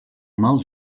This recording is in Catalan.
mal